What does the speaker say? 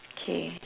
K